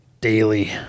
daily